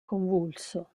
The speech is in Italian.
convulso